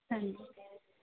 ਹਾਂਜੀ